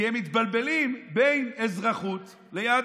כי הם מתבלבלים בין אזרחות ליהדות.